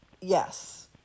Yes